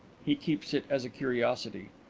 he keeps it as a curiosity.